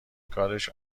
کارش